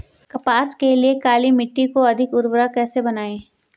कपास के लिए काली मिट्टी को अधिक उर्वरक कैसे बनायें?